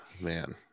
Man